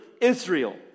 Israel